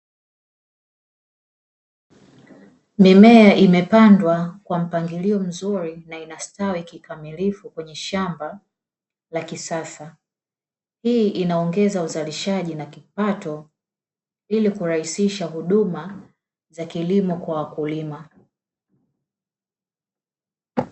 Mimea imepandwa kwa mpangilio mzuri na inastawi kikamilifu kwenye shamba la kisasa, hii inaongeza uzalishaji na kipato, ili kurahisisha huduma za kilimo kwa wakulima.